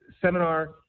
seminar